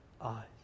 eyes